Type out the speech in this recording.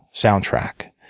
soundtrack.